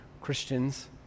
Christians